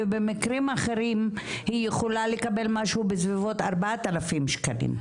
ובמקרים אחרים היא יכולה לקבל משהו בסביבות 4,000 שקלים.